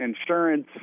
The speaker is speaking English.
insurance